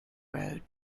road